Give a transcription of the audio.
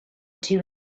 two